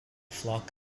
flock